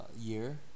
year